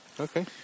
Okay